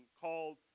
called